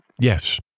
Yes